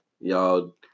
y'all